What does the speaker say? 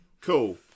cool